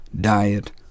diet